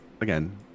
again